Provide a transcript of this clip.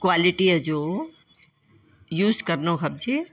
क्वालिटीअ जो यूस करिणो खपे